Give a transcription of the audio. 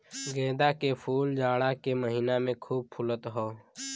गेंदा के फूल जाड़ा के महिना में खूब फुलत हौ